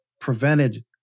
prevented